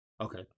Okay